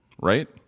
Right